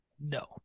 No